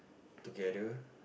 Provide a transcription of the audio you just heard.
together